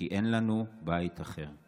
כי אין לנו בית אחר.